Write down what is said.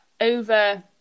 over